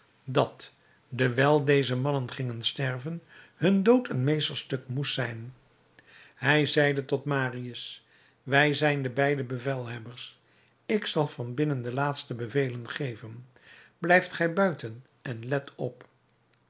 dat dewijl deze mannen gingen sterven hun dood een meesterstuk moest zijn hij zeide tot marius wij zijn de beide bevelhebbers ik zal van binnen de laatste bevelen geven blijf gij buiten en let op